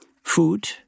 food